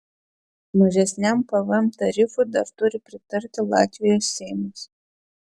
mažesniam pvm tarifui dar turi pritarti latvijos seimas